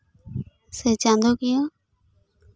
ᱥᱮ ᱪᱟᱸᱫᱳ ᱠᱤᱭᱟᱹ